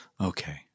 Okay